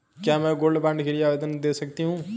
क्या मैं gold bond के लिए आवेदन दे सकती हूँ?